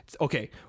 Okay